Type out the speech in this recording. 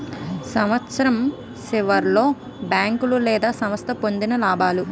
సంవత్సరం సివర్లో బేంకోలు లేదా సంస్థ పొందిన లాబాలు